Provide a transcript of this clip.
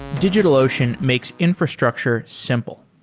digitalocean makes infrastructure simple.